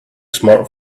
smart